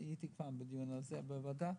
היה כבר דיון כזה בוועדה,